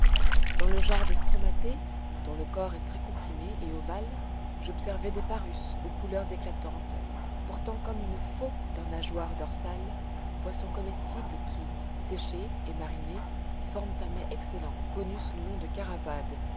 dans le genre des stromatées dont le corps est très comprimé et ovale j'observai des parus aux couleurs éclatantes portant comme une faux leur nageoire dorsale poissons comestibles qui séchés et marinés forment un mets excellent connu sous le nom de karawade